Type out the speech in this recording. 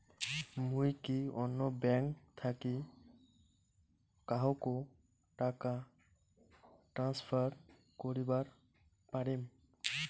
মুই কি অন্য ব্যাঙ্ক থাকি কাহকো টাকা ট্রান্সফার করিবার পারিম?